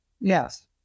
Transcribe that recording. yes